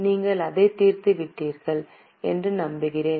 நீங்கள் அதை தீர்த்துவிட்டீர்கள் என்று நம்புகிறேன்